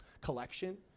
collection